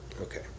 Okay